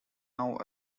now